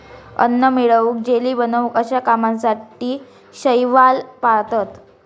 अन्न मिळवूक, जेली बनवूक अश्या कामासाठी शैवाल पाळतत